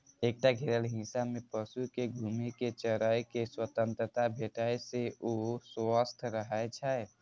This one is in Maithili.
एकटा घेरल हिस्सा मे पशु कें घूमि कें चरै के स्वतंत्रता भेटै से ओ स्वस्थ रहै छै